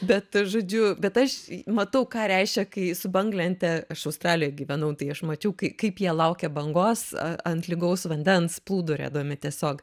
bet žodžiu bet aš matau ką reiškia kai su banglente aš australijoj gyvenau tai aš mačiau kaip jie laukia bangos a ant lygaus vandens plūduriuodami tiesiog